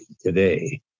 today